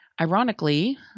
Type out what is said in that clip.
ironically